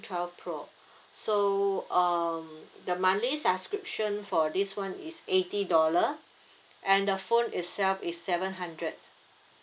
twelve pro so um the monthly subscription for this [one] is eighty dollar and the phone itself is seven hundred